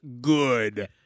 good